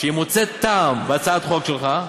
שהיא מוצאת טעם בהצעת החוק שלך,